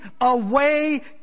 away